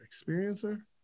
Experiencer